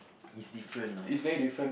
is different ah